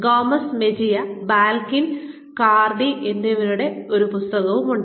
Gomez Mejia Balkin Cardy എന്നിവരുടെ ഈ പുസ്തകമുണ്ട്